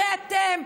הרי אתם,